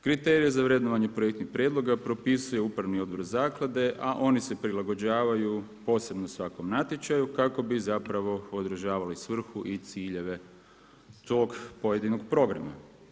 Kriterije za vrednovanje projektnih prijedloga propisuje Upravni odbor zaklade, a oni se prilagođavaju posebno svakom natječaju kako bi zapravo odražavali svrhu i ciljeve tog pojedinog programa.